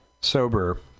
sober